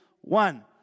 one